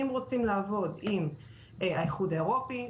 אם רוצים לעבוד עם האיחוד האירופי,